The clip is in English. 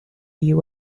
you